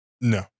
No